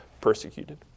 persecuted